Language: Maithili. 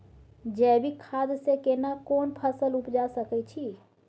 जैविक खाद से केना कोन फसल उपजा सकै छि?